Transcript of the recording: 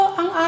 ang